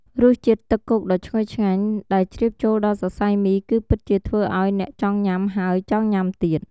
រសជាតិទឹកគោកដ៏ឈ្ងុយឆ្ងាញ់ ដែលជ្រាបចូលដល់សរសៃមី គឺពិតជាធ្វើឱ្យអ្នកចង់ញ៉ាំហើយចង់ញ៉ាំទៀត។